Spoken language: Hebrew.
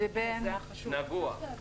לבין נגוע?